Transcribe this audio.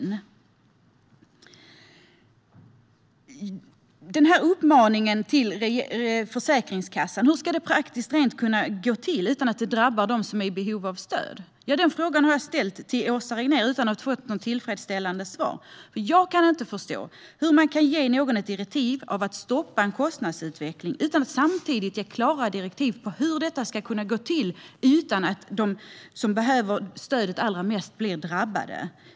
När det gäller uppmaningen till Försäkringskassan undrar jag hur detta praktiskt ska kunna gå till utan att det drabbar dem som är i behov av stöd. Den frågan har jag ställt till Åsa Regnér utan att få ett tillfredsställande svar. Jag kan inte förstå hur man kan ge direktiv om att stoppa en kostnadsutveckling utan att samtidigt ge klara direktiv för hur detta ska kunna gå till utan att de som behöver stödet allra mest blir drabbade.